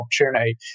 opportunity